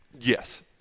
yes